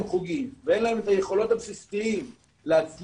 חוגים ואין להם את היכולות הבסיסיות להצליח,